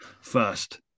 first